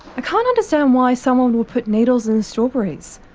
can't understand why someone would put needles in strawberries.